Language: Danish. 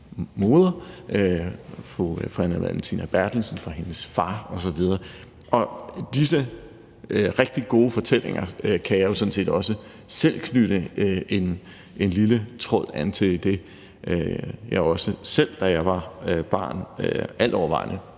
fra hendes far osv. Disse rigtig gode fortællinger kan jeg sådan set også selv knytte en lille tråd an til, idet jeg også selv, da jeg var barn, altovervejende